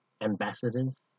ambassadors